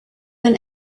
than